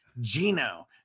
gino